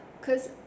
Cause